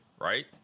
right